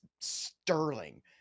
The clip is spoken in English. sterling